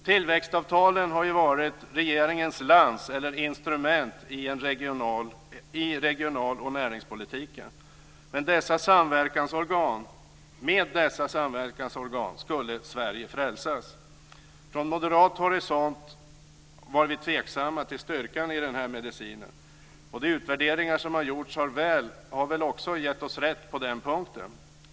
Tillväxtavtalen har ju varit regeringens lans eller instrument i regionalpolitiken och näringspolitiken. Med dessa samverkansorgan skulle Sverige frälsas. Från moderat horisont var vi tveksamma till styrkan i den här medicinen, och de utvärderingar som har gjorts har väl också gett oss rätt på den punkten.